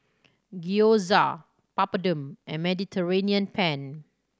Gyoza Papadum and Mediterranean Penne